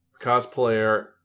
cosplayer